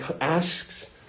asks